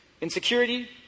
insecurity